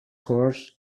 horse